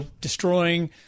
destroying